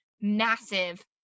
massive